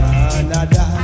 Canada